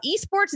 Esports